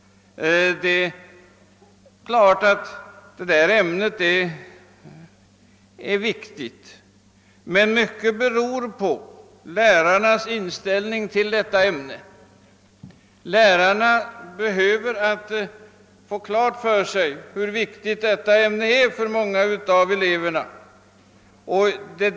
Det är givet att detta ämne är viktigt, men mycket beror på lärarnas inställning till det. De behöver få klart för sig hur väsentlig slöjden är för många av eleverna.